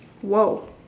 !whoa!